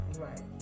right